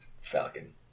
Falcon